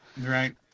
Right